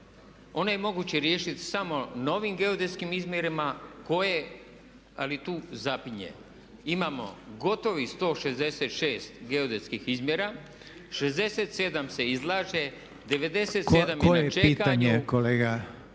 Koje je pitanje kolega